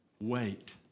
Wait